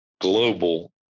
Global